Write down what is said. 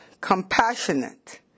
compassionate